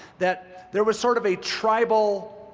that there was sort of a tribal